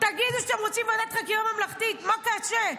תגידו שאתם רוצים ועדת חקירה ממלכתית, מה קשה?